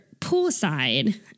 poolside